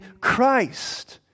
Christ